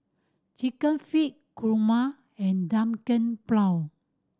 Chicken Feet kurma and